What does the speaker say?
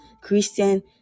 Christian